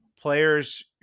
players